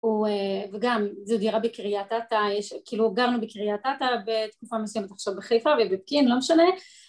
וגם זו דירה בקריית אתא, כאילו גרנו בקריית אתא בתקופה מסוימת עכשיו בחיפה ובפקיעין, לא משנה